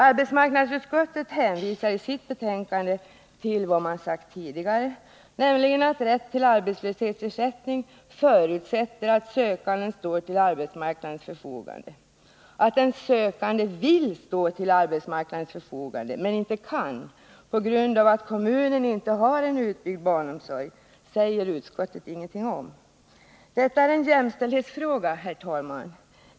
Arbetsmarknadsutskottet hänvisar i sitt betänkande till vad man sagt tidigare, nämligen att rätt till arbetslöshetsersättning förutsätter att sökanden står till arbetsmarknadens förfogande. Att den sökande vill stå till arbetsmarknadens förfogande men inte kan, på grund av att kommunen inte har en utbyggd barnomsorg, säger utskottet ingenting om. Detta är en jämställdhetsfråga, herr talman!